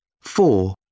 Four